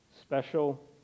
special